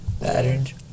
Patterns